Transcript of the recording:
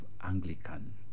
Anglican